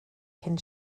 cyn